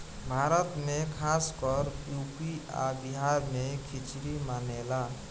भारत मे खासकर यू.पी आ बिहार मे खिचरी मानेला